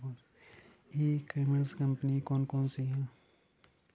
ई commerce कंपनियाँ कौन कौन सी हैं?